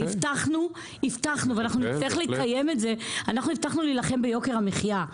אנחנו הבטחנו להילחם ביוקר המחיה,